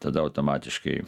tada automatiškai